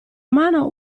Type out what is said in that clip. mano